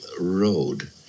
Road